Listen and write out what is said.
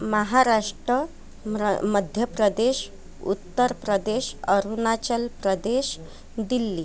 महाराष्ट्र म्र मध्य प्रदेश उत्तर प्रदेश अरुणाचल प्रदेश दिल्ली